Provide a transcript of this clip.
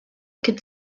could